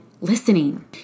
listening